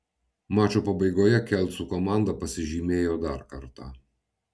mačo pabaigoje kelcų komanda pasižymėjo dar kartą